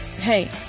hey